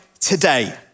today